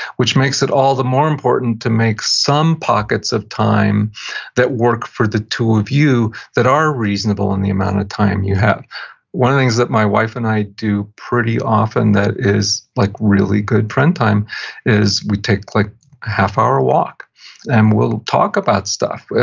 which makes it all the more important to make some pockets of time that work for the two of you that are reasonable in the amount of time you have one of the things that my wife and i do pretty often that is like really good friend time is we take like half hour walk and we'll talk about stuff.